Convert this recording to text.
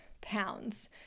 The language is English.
pounds